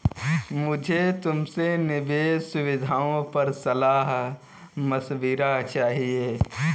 मुझे तुमसे निवेश सुविधाओं पर सलाह मशविरा चाहिए